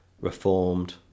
Reformed